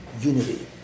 unity